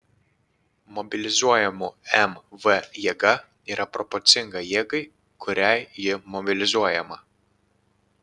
mobilizuojamų mv jėga yra proporcinga jėgai kuria ji mobilizuojama